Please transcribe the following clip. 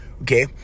okay